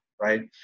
right